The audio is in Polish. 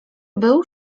był